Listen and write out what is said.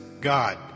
God